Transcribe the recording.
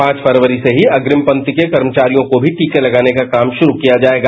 पांच फरवरी से ही अग्रिम पत्ति के कर्मचारियों को भी टीके लगाने का काम शुरू किया जाएगा